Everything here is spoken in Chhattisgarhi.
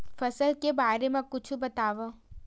फसल के बारे मा कुछु बतावव